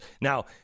Now